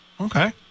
Okay